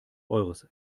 eures